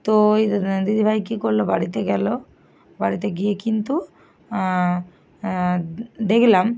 তো দিদিভাই কী করলো বাড়িতে গেল বাড়িতে গিয়ে কিন্তু দেখলাম